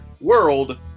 world